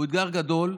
הוא אתגר גדול,